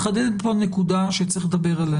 מתחדדת פה נקודה שצריך לדבר עליה,